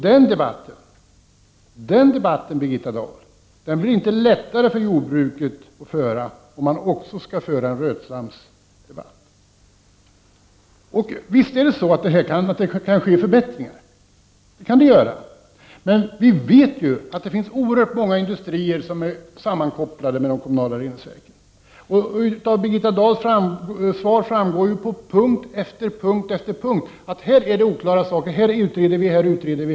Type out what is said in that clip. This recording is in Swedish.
Den debatten, Birgitta Dahl, blir inte lättare för jordbruket om man samtidigt också skall föra en rötslamsdebatt. Visst kan rötslammet medföra förbättringar, men vi vet ju att det finns oerhört många industrier som är sammankopplade med de kommunala reningsverken. Av Birgitta Dahls svar framgår på punkt efter punkt att det här är oklara — Prot. 1989/90:43 saker.